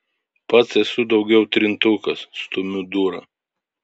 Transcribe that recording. pats esu daugiau trintukas stumiu dūrą